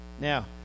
Now